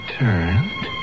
turned